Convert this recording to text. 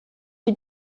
die